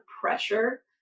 pressure